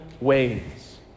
ways